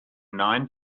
nine